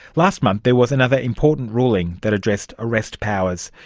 last month there was another important ruling that addressed arrest powers.